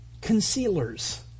concealers